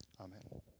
Amen